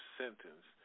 sentence